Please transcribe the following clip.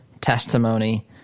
testimony